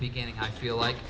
beginning i feel like